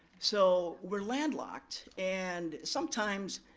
so we're landlocked. and sometimes,